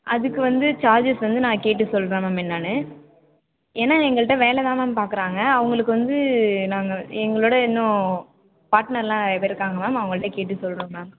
அதுக்கு வந்து சார்ஜஸ் வந்து நான் கேட்டு சொல்கிறேன் மேம் என்னென்னு ஏன்னா எங்கள்ட்ட வேலை தான் மேம் பாக்குறாங்க அவங்களுக்கு வந்து நாங்கள் எங்களோட இன்னும் பாட்னர்லாம் நிறைய பேர் இருக்காங்க மேம் அவங்கள்ட்டே கேட்டு சொல்கிறோம் மேம்